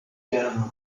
erano